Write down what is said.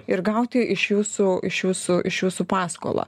ir gauti iš jūsų iš jūsų iš jūsų paskolą